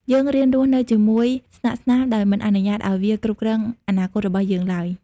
យើងរៀនរស់នៅជាមួយស្លាកស្នាម ដោយមិនអនុញ្ញាតឱ្យវាគ្រប់គ្រងអនាគតរបស់យើងឡើយ។